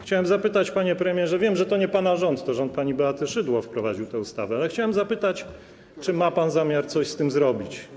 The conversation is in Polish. Chciałem zapytać, panie premierze - wiem, że to nie pana rząd, to rząd pani Beaty Szydło wprowadził tę ustawę, ale chciałem o to zapytać - czy ma pan zamiar coś z tym zrobić.